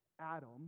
Adam